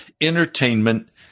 entertainment